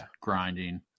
grinding